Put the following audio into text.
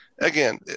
again